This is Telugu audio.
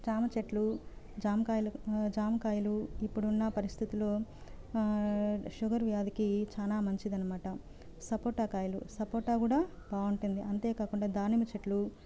జామచెట్లు జామకాయలు జామకాయలు ఇప్పుడున్న పరిస్థితిలో షుగర్ వ్యాధికి చాలా మంచిదన్నమాట సపోటాకాయలు సపోటా కూడా బాగుంటుంది అంతే కాకుండా దానిమ్మచెట్లు